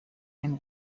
and